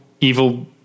evil